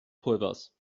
pulvers